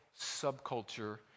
subculture